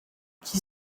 qui